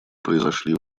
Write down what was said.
произошли